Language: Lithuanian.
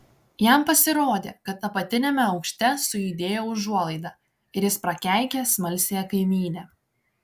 jam pasirodė kad apatiniame aukšte sujudėjo užuolaida ir jis prakeikė smalsiąją kaimynę